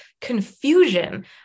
confusion